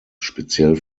speziell